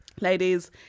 ladies